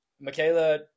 Michaela